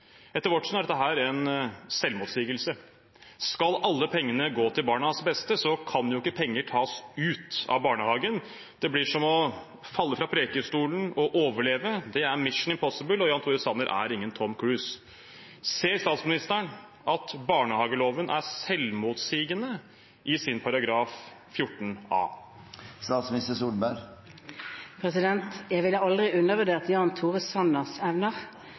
Etter vårt syn er dette en selvmotsigelse. Skal alle pengene gå til barnas beste, kan ikke penger tas ut av barnehagen. Det blir som å falle fra Preikestolen og overleve, det er «Mission Impossible», og Jan Tore Sanner er ingen Tom Cruise. Ser statsministeren at barnehageloven er selvmotsigende i sin § 14 a? Jeg ville aldri ha undervurdert Jan Tore Sanners evner,